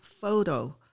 photo